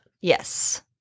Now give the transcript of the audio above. Yes